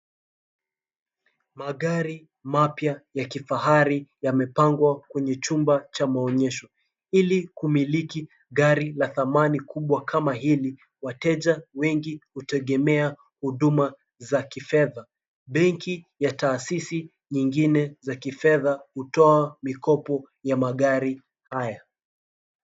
Magari mapya ya kifahari yamepangwa kwenye chumba cha maonyesho. Ili kumiliki gari la zamani kubwa kama hili, wateja wengi hutegemea huduma za kifedha. Benki ya taasisi nyingine za kifedha hutoa mikopo ya magari haya.